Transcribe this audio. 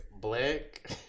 Black